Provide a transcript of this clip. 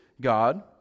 God